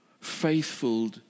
faithful